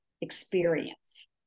experience